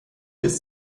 ist